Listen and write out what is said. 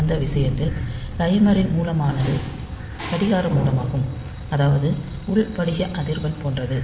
அந்த விஷயத்தில் டைமரின் மூலமானது கடிகார மூலமாகும் அதாவது உள் படிக அதிர்வெண் போன்றது